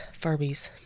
Furbies